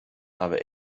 aber